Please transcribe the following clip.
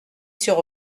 sur